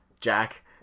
Jack